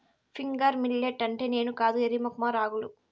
finger millet అంటే నేను కాదు ఎర్రి మొఖమా రాగులు